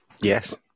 yes